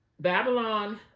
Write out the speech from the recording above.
Babylon